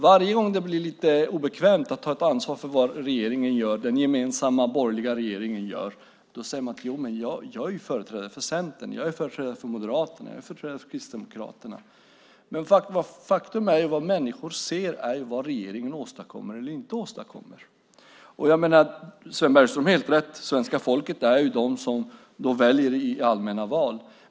Varje gång det blir lite obekvämt att ta ett ansvar för vad den gemensamma borgerliga regeringen gör säger man att man är företrädare för Centern, att man är företrädare för Moderaterna eller företrädare för Kristdemokraterna. Men faktum är att vad människor ser är vad regeringen åstadkommer eller inte åstadkommer. Sven Bergström har helt rätt i att svenska folket gör sitt val i allmänna val.